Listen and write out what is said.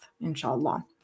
inshallah